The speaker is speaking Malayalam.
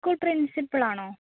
സ്കൂള് പ്രിന്സിപ്പള് ആണോ